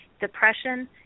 depression